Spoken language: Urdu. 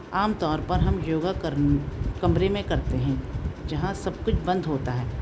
عام طور پر ہم یوگا کمرے میں کرتے ہیں جہاں سب کچھ بند ہوتا ہے